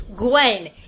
Gwen